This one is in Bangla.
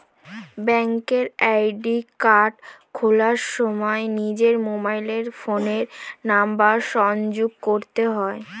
ব্যাঙ্কে অ্যাকাউন্ট খোলার সময় নিজের মোবাইল ফোনের নাম্বার সংযুক্ত করতে হয়